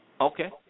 Okay